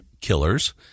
killers